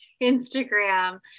Instagram